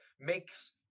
makes